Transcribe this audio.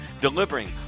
Delivering